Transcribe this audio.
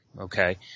okay